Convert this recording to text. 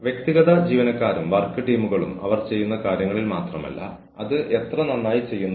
കൂടാതെ ഭാവിയിൽ ഒരുപാട് പ്രശ്നങ്ങൾ തടയാൻ അത് നിങ്ങളെ സഹായിക്കും